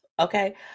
Okay